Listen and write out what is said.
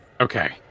Okay